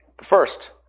First